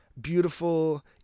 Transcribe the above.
beautiful